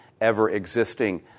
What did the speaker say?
ever-existing